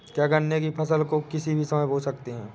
क्या गन्ने की फसल को किसी भी समय बो सकते हैं?